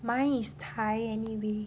mine is thai anyway